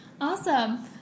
Awesome